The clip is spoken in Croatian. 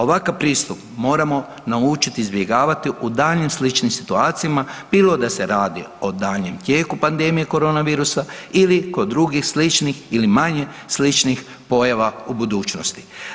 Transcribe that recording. Ovakav pristup moramo naučiti izbjegavati u daljnjim sličnim situacijama, bilo da se radi o daljnjem tijeku pandemije koronavirusa ili kod drugih, sličnih ili manje sličnih pojava u budućnosti.